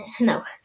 no